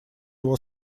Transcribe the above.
его